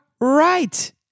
right